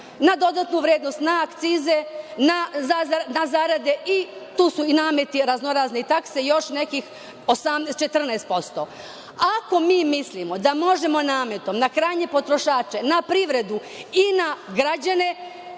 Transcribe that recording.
na dodatnu vrednost, na akcize, na zarade i tu su i nameti razno razne takse i još nekih 14%. Ako mi mislimo da možemo nametom na krajnje potrošače, na privredu i na građane,